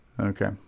Okay